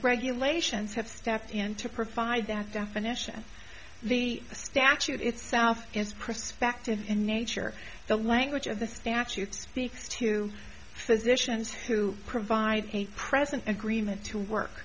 regulations have stepped in to provide that definition the statute itself is precise fact in nature the language of the statute speaks to physicians who provide a present agreement to work